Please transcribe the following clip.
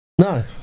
No